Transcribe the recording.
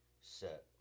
set